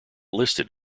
listed